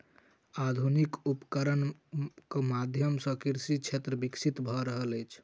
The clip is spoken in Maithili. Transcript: आधुनिक उपकरणक माध्यम सॅ कृषि क्षेत्र विकसित भ रहल अछि